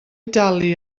dalu